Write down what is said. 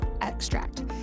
extract